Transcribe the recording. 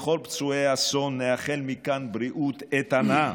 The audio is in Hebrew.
לכל פצועי האסון נאחל מכאן בריאות איתנה.